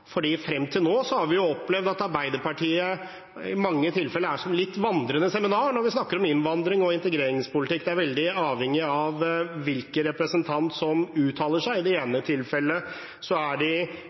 til nå har vi opplevd at Arbeiderpartiet i mange tilfeller er litt som et vandrende seminar når vi snakker om innvandrings- og integreringspolitikk; det er veldig avhengig av hvilken representant som uttaler seg. I det